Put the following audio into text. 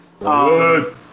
Good